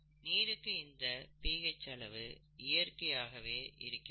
நீருக்கு இந்த பிஹெச் அளவு இயற்கையாகவே கிடைக்கிறது